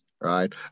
Right